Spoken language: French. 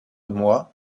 mois